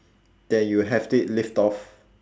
then you have it lift off